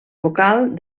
vocal